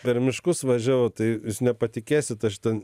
per miškus važiavau tai jūs nepatikėsit aš ten